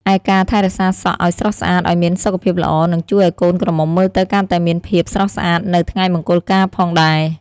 ឯការថែរក្សាសក់អោយស្រស់ស្អាតអោយមានសុខភាពល្អ នឹងជួយឱ្យកូនក្រមុំមើលទៅកាន់តែមានភាពស្រស់ស្អាតនៅថ្ងៃមង្គលការផងដែរ ។